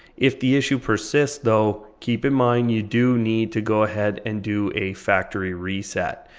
if the issue persists though, keep in mind you do need to go ahead and do a factory reset.